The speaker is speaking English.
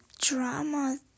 drama